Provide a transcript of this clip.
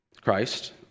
christ